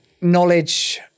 knowledge